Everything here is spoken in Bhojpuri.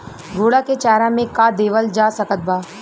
घोड़ा के चारा मे का देवल जा सकत बा?